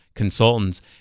consultants